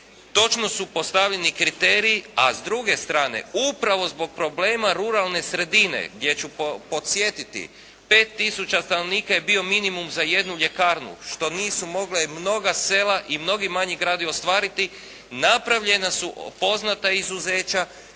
Točno su postavljeni kriteriji a s druge strane upravo zbog problema ruralne sredine gdje ću podsjetiti 5 tisuća stanovnika je bio minimum za jednu ljekarnu što nisu mogla i mnoga sela i mnogi manji gradovi ostvariti napravljena su poznata izuzeća